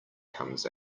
comes